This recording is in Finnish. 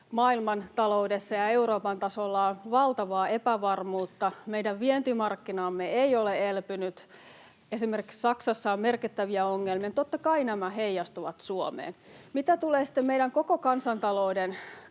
maailmantaloudessa ja Euroopan tasolla on valtavaa epävarmuutta. Meidän vientimarkkinamme ei ole elpynyt: esimerkiksi Saksassa on merkittäviä ongelmia. Totta kai nämä heijastuvat Suomeen. Mitä tulee sitten meidän koko kansantalouden